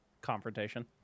confrontation